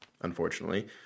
unfortunately